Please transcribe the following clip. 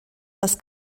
das